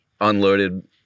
unloaded